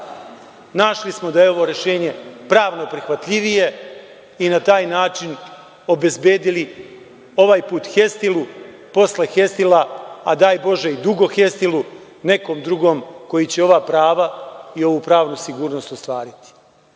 Našli smo da je ovo rešenje pravno prihvatljivije i na taj način obezbedili ovaj put „Hestilu“, posle „Hestila“, daj bože dugo „Hestilu“, nekom drugom koji će ova prava i ovu pravnu sigurnost ostvariti. Da